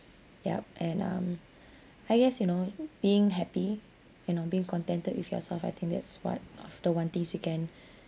ya and um I guess you know being happy you know being contented with yourself I think that's what of the one things you can